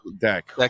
deck